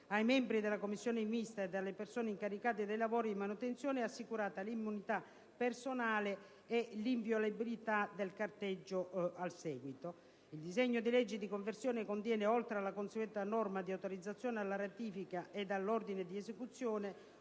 Ai membri della Commissione mista ed alle persone incaricate dei lavori di manutenzione è assicurata l'immunità personale e l'inviolabilità dei carteggi al seguito. Il disegno di legge di conversione contiene, oltre alla consueta norma di autorizzazione alla ratifica ed all'ordine di esecuzione,